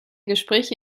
gespräche